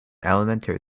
elementary